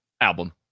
album